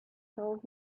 told